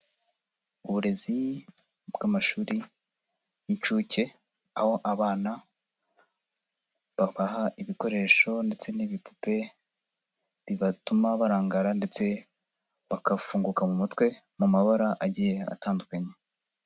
Uburezi bw'amashuri y'incuke, aho abana babaha ibikoresho ndetse n'ibipupe, bibatuma barangara ndetse bagafunguka mu mutwe mu mabara agiye atandukanye.